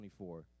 24